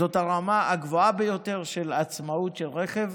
זאת הרמה הגבוהה ביותר בעצמאות של רכב.